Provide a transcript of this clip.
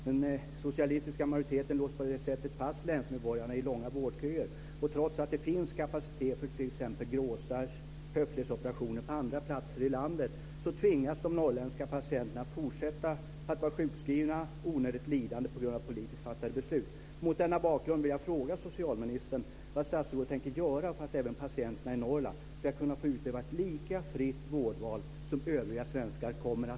Den socialistiska majoriteten låser på det sättet fast länsmedborgarna i långa vårdköer. Trots att det finns kapacitet för t.ex. gråstarrsoch höftledsoperationer på andra platser i landet, tvingas de norrländska patienterna att fortsätta att vara sjukskrivna och till onödigt lidande på grund av politiskt fattade beslut.